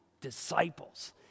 disciples